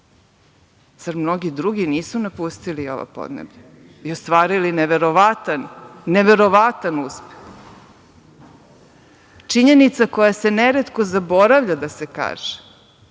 Zar mnogi drugi nisu napustili ova podneblja i ostvarili neverovatan, neverovatan uspeh? Činjenica koja se neretko zaboravlja da se kaže,